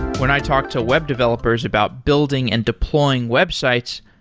when i talk to web developers about building and deploying websites,